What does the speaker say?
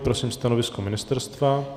Prosím stanovisko ministerstva.